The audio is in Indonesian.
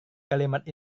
kalimat